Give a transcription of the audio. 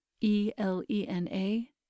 E-L-E-N-A